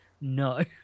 no